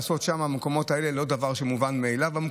לעשות שם, במקומות האלה, זה לא דבר שמובן מאליו.